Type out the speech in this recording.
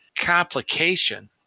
complication